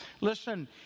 listen